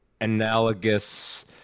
analogous